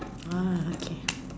ah okay